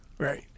Right